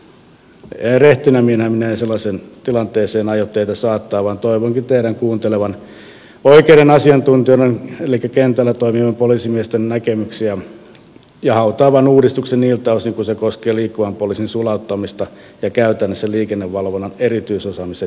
rehtinä miehenä minä en sellaiseen tilanteeseen aio teitä saattaa vaan toivonkin teidän kuuntelevan oikeiden asiantuntijoiden elikkä kentällä toimivien poliisimiesten näkemyksiä ja hautaavan uudistuksen niiltä osin kuin se koskee liikkuvan poliisin sulauttamista ja käytännössä liikennevalvonnan erityisosaamisen hiipumista